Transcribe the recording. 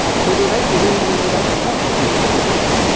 so they like to read and they like to talk to people who read.